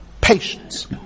Patience